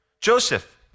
Joseph